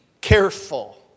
careful